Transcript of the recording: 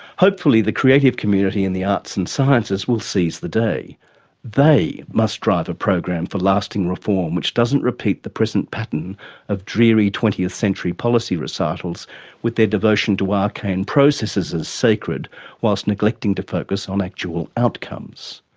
hopefully the creative community in the arts and sciences will seize the day they must drive a program for lasting reform which doesn't repeat the present pattern of dreary twentieth century policy recitals with their devotion to arcane processes as sacred whilst neglecting to focus on actual outcomes.